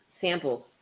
samples